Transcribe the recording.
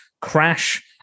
Crash